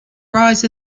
rise